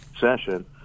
session